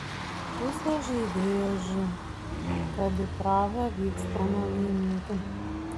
visos žaidėjos žino kad į prahą vykstame laimėti